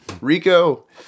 Rico